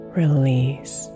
release